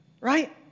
right